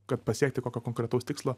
kad pasiekti kokio konkretaus tikslo